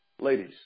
Ladies